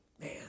Man